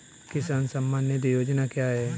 किसान सम्मान निधि योजना क्या है?